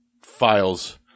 files